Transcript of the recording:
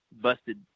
busted